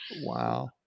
Wow